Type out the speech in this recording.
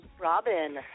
Robin